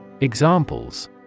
Examples